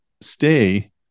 stay